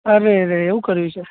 અરેરે એવું કર્યું છે